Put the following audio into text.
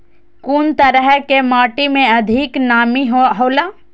कुन तरह के माटी में अधिक नमी हौला?